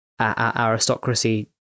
aristocracy